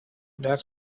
that